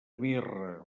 mirra